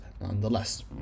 nonetheless